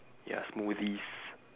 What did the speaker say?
ya smoothies